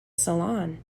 salon